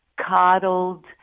coddled